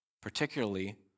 particularly